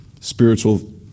Spiritual